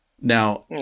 Now